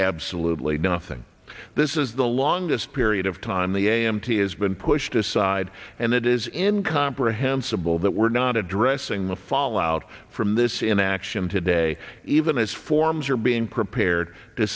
absolutely nothing this is the longest period of time the a m t has been pushed aside and it is in comprehensible that we're not addressing the fall out from this inaction today even as forms are being prepared to